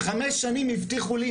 חמש שנים הבטיחו לי,